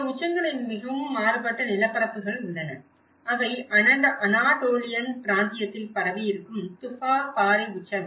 இந்த உச்சங்களின் மிகவும் மாறுபட்ட நிலப்பரப்புகள் உள்ளன அவை அனாடோலியன் பிராந்தியத்தில் பரவியிருக்கும் துஃபா பாறை உச்சங்கள்